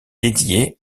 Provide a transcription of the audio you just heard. dédiée